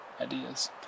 ideas